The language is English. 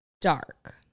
dark